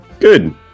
Good